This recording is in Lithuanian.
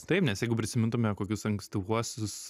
taip nes jeigu prisimintume kokius ankstyvuosius